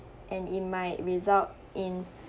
and it might result in